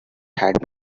had